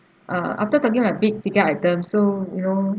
uh after talking about big ticket item so you know